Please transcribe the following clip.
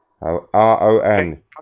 R-O-N